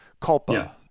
culpa